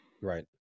right